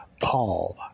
Paul